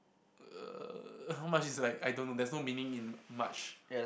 uh how much is like I don't know there is no meaning in March